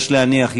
יש להניח,